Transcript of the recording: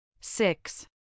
Six